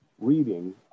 reading